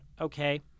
okay